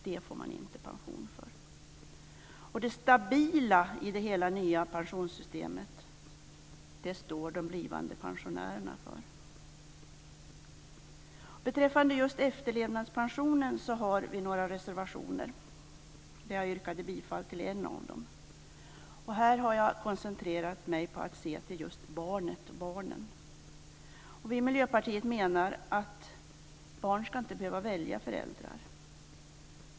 Det får man inte pension för. Det stabila i det nya pensionssystemet står de blivande pensionärerna för. Beträffande efterlevandepensionen har vi några reservationer. Jag yrkade bifall till en av dem. Här har jag koncentrerat mig på att se till just barnen. Vi i Miljöpartiet menar att barn inte ska behöva välja föräldrar.